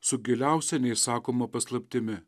su giliausia neišsakoma paslaptimi